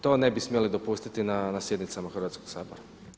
To ne bi smjeli dopustiti na sjednicama Hrvatskog sabora.